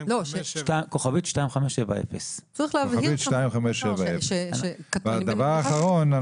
כוכבית 2570. ודבר אחרון,